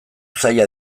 zailak